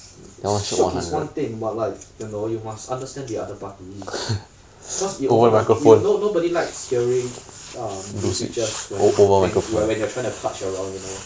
mm shiok is one thing but like you know you must understand the other party cause it over the no nobody likes hearing um blue switchers when you playing when you're trying to clutch around you know